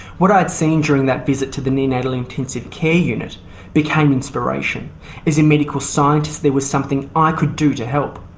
what i had seen during that visit to the neonatal intensive care unit became inspiration as a medical scientist there was something i could do to help.